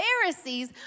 Pharisees